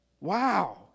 Wow